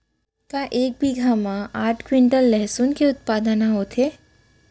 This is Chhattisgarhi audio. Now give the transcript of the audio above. का एक बीघा म करीब आठ क्विंटल लहसुन के उत्पादन ह होथे?